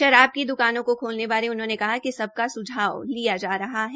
शराब की दकानों को खोलने बारे उन्होंने कहा कि सबका सुझाव लिया जा रहा है